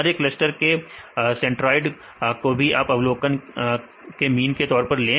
हर एक क्लस्टर के सेट्रॉयड को सभी अवलोकन के मीन के तौर पर ले